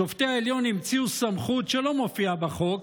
שופטי העליון המציאו סמכות שלא מופיעה בחוק,